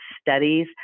studies